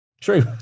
true